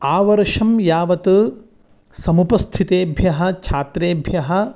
आवर्षं यावत् समुपस्थितेभ्यः छात्रेभ्यः